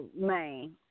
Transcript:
main